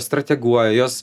strateguoja jos